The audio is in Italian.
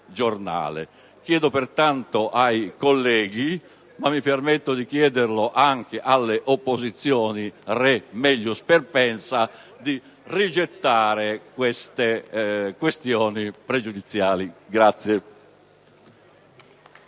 Chiedo pertanto ai colleghi, ma mi permetto di chiederlo anche alle opposizioni, *re melius perpensa*, di rigettare le questioni pregiudiziali